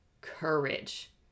Courage